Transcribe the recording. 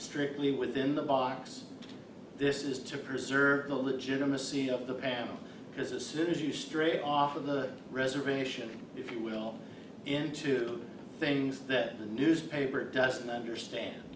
strictly within the box this is to preserve the legitimacy of the panel because as soon as you straight off of the reservation if you will into things that the newspaper doesn't understand